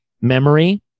memory